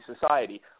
society